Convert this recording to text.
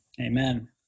amen